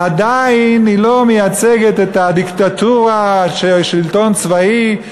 עדיין היא לא מייצגת את הדיקטטורה של שלטון צבאי,